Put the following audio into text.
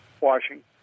Washington